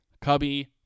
Cubby